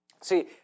See